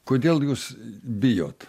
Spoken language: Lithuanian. kodėl jūs bijot